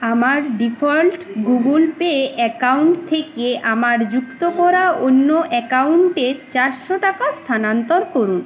আমার default Google Pay account থেকে আমার যুক্ত করা অন্য অ্যাকাউন্টে চারশো টাকা স্থানান্তর করুন